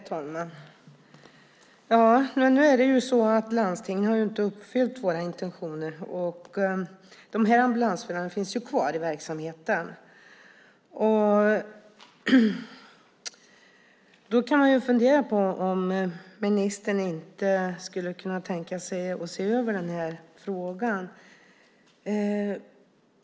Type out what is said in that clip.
Herr talman! Nu är det ju så att landstingen inte har uppfyllt våra intentioner. De här ambulansförarna finns ju kvar i verksamheten. Jag undrar om ministern inte skulle kunna tänka sig att se över den här frågan.